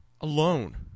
alone